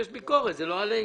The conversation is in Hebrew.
ביקורת, היא לא עלינו.